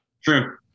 True